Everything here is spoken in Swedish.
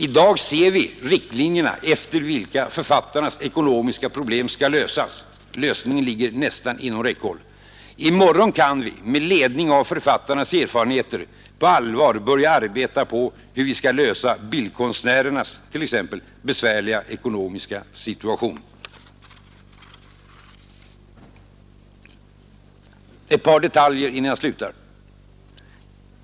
I dag ser vi de riktlinjer efter vilka författarnas ekonomiska problem skall lösas, och lösningen ligger nästan inom räckhåll. I morgon kan vi — med ledning av författarnas erfarenheter — på allvar börja arbeta på hur vi skall kunna lösa t.ex. bildkonstnärernas besvärliga ekonomiska situation. Ett par detaljer innan jag slutar.